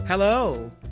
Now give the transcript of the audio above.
Hello